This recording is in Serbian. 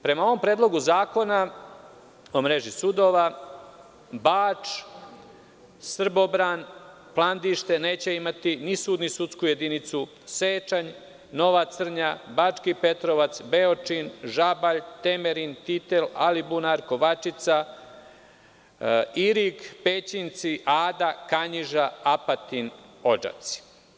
Prema ovom predlogu zakona po mreži sudova Bač, Srbobran, Plandište, neće imati ni sud ni sudsku jedinicu, Sečanj, Nova Crnja, Bački Petrovac, Beočin, Žabalj, Temerin, Titel, Alibunar, Kovačica, Irig, Pećinci, Ada, Kanjiža, Apatin, Odžaci.